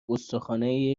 گستاخانهی